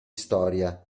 storia